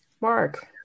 Mark